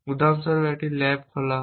উদাহরণস্বরূপ এটি একটি ল্যাব খোলা হয়